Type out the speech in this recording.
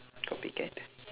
copycat